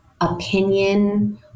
opinion